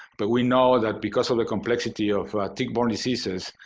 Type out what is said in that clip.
but we know that because of the complexity of tick-borne diseases,